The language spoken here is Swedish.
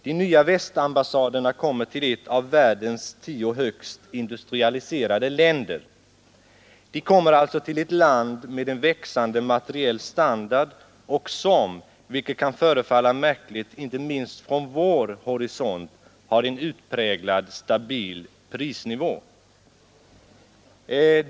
De nya västambassaderna kommer till ett av världens tio högst industrialiserade länder. De kommer alltså till ett land med en växande materiell standard och — vilket kan förefalla märkligt inte minst från vår horisont en utpräglat stabil prisnivå.